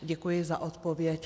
Děkuji za odpověď.